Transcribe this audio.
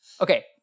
Okay